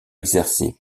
exercée